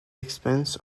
expense